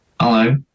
Hello